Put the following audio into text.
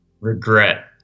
regret